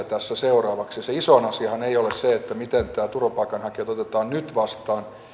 tässä seuraavaksi ja se isoin asiahan ei ole se miten turvapaikanhakijoita otetaan nyt vastaan